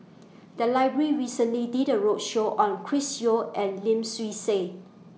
The Library recently did A roadshow on Chris Yeo and Lim Swee Say